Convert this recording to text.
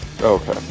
Okay